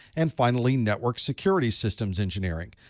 and finally, network security systems engineering.